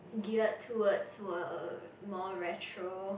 geared towards were more retro